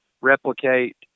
replicate